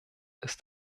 ist